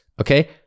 Okay